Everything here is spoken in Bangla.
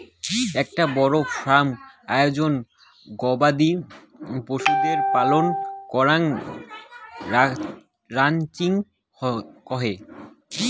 আকটা বড় ফার্ম আয়োজনে গবাদি পশুদের পালন করাঙ রানচিং কহে